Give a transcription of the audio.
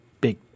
big